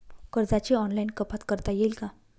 कर्जाची ऑनलाईन कपात करता येईल का?